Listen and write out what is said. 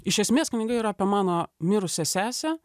iš esmės knyga yra apie mano mirusią sesę